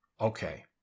Okay